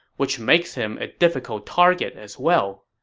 which makes him a difficult target as well.